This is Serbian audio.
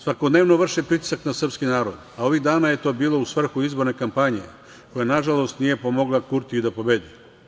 Svakodnevno vrše pritisak na srpski narod, a ovih dana je to bilo u svrhu izborne kampanje koja, nažalost, nije pomogla Kurtiju da pobedi.